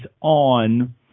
on